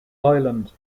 island